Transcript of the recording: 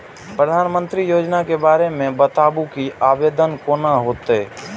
प्रधानमंत्री योजना के बारे मे बताबु की आवेदन कोना हेतै?